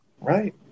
right